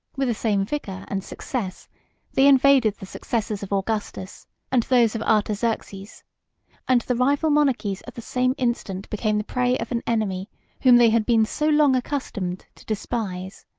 with the same vigor and success they invaded the successors of augustus and those of artaxerxes and the rival monarchies at the same instant became the prey of an enemy whom they had been so long accustomed to despise.